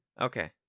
Okay